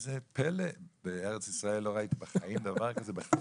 "איזה פלא, בארץ ישראל לא ראיתי דבר כזה בחיים".